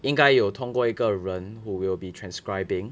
应该有通过一个人 who will be transcribing